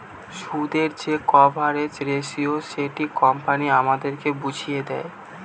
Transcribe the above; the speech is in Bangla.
সুদের যে কভারেজ রেসিও সেটা কোম্পানি আমাদের বুঝিয়ে দেয়